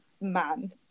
man